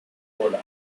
cola